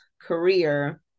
career